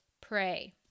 pray